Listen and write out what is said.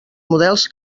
models